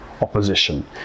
opposition